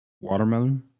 Watermelon